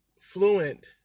Fluent